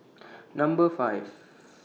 Number five